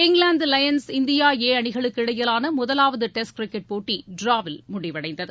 England Lions India A அணிகளுக்கு இடையிவான முதவாவது டெஸ்ட் கிரிக்கெட் போட்டி டிராவில் முடிவடைந்தது